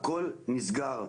והכול נסגר.